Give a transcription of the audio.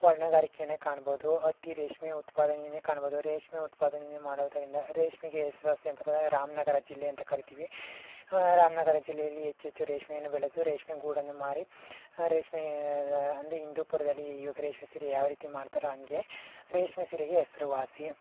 ವರ್ಣಗಾರಿಕೆಯನ್ನೇ ಕಾಣ್ಬೋದು ಹತ್ತಿ ರೇಷ್ಮೆ ಉತ್ಪಾದನೆನೇ ಕಾಣ್ಬೋದು ರೇಷ್ಮೆ ಉತ್ಪಾದನೆನೇ ಮಾಡುವುದರಿಂದ ರೇಷ್ಮೆಗೆ ಹೆಸರುವಾಸಿ ಅಂತ ಬಂದಾಗ ರಾಮನಗರ ಜಿಲ್ಲೆ ಅಂತ ಕರಿತೀವಿ ರಾಮನಗರ ಜಿಲ್ಲೆಯಲ್ಲಿ ಹೆಚ್ಚು ಹೆಚ್ಚು ರೇಷ್ಮೆಯನ್ನು ಬೆಳೆದು ರೇಷ್ಮೆ ಗೂಡನ್ನು ಮಾರಿ ರೇಷ್ಮೆ ಅಂದರೆ ಹಿಂದೂಪುರದಲ್ಲಿ ಇವಾಗ ರೇಷ್ಮೆ ಸೀರೆ ಯಾವ ರೀತಿ ಮಾಡ್ತಾರೋ ಹಂಗೇ ರೇಷ್ಮೆ ಸೀರೆಗೆ ಹೆಸರುವಾಸಿ